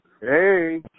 hey